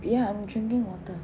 ya I'm drinking water